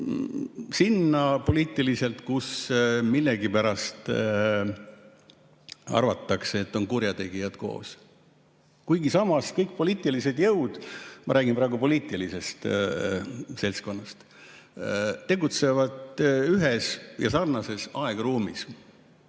sinna, mille kohta millegipärast arvatakse, et seal on kurjategijad koos, kuigi samas kõik poliitilised jõud – ma räägin praegu poliitilisest seltskonnast – tegutsevad ühes ja sarnases aegruumis.